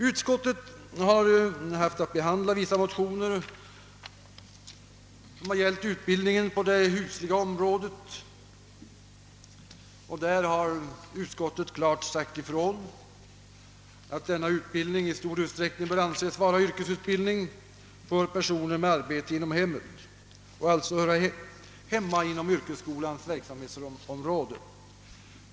Utskottet har haft att behandla vissa motioner gällande utbildning på det husliga området och har klart sagt ifrån, att denna utbildning i stor utsträckning bör anses vara yrkesutbildning för personer med arbete inom hemmet och alltså höra hemma inom yrkesskolans verksamhetsområde.